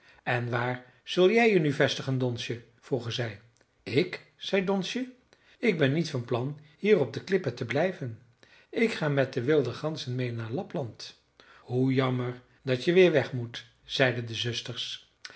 en waar zul jij je nu vestigen donsje vroegen zij ik zei donsje ik ben niet van plan hier op de klippen te blijven ik ga met de wilde ganzen meê naar lapland hoe jammer dat je weer weg moet zeiden de zusters